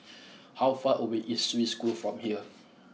how far away is Swiss School from here